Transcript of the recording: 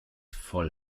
voll